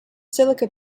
silica